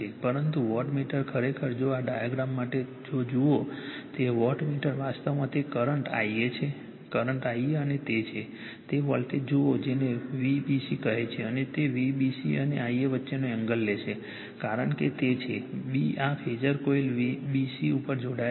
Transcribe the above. પરંતુ વોટમીટર ખરેખર જો આ ડાયાગ્રામ માટે જો જુઓ તે વોટમીટર વાસ્તવમાં તે કરંટ Ia છે કરંટ Ia અને તે છે તે વોલ્ટેજ જુઓ જેને Vbc કહે છે અને તે Vbc અને Ia વચ્ચેનો એંગલ લેશે કારણ કે તે છે b આ ફેઝર કોઇલ b c ઉપર જોડાયેલ છે